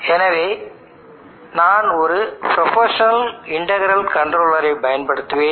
எனவே நான் ஒரு புரோபோஷனல் இன்டக்ரல் கண்ட்ரோலரை பயன்படுத்துவேன்